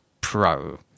pro